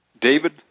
David